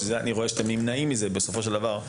ואני רואה שאתם נמנעים מזה בסופו של דבר,